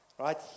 right